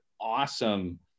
awesome